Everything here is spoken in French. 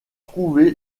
trouvé